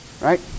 Right